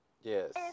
yes